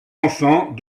enfants